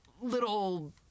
Little